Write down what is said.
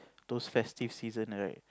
those festive season right